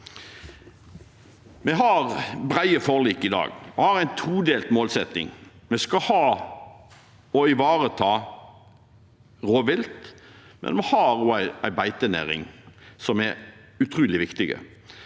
Vi har brede forlik i dag. Vi har en todelt målsetting. Vi skal ha og ivareta rovvilt, men vi har også en beitenæring som er utrolig viktig.